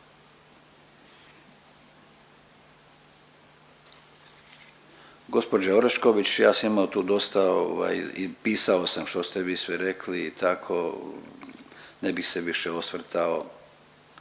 Gospođo Orešković ja sam tu imao dosta i pisao sam što ste vi sve rekli i tako, ne bih se više osvrtao,